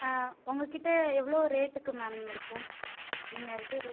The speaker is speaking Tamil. உங்ககிட்ட எவ்வளோ ரேட்டுக்கு மேம் இருக்கும் நீங்கள் வந்து ஒரு